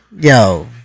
yo